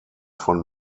von